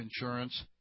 insurance